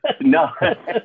No